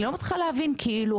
אני לא מצליחה להבין כאילו,